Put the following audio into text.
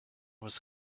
was